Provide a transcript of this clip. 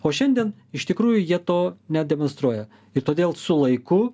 o šiandien iš tikrųjų jie to nedemonstruoja ir todėl su laiku